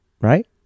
right